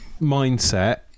mindset